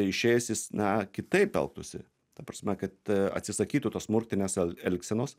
išėjęs jis na kitaip elgtųsi ta prasme kad atsisakytų tos smurtinės elgsenos